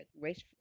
race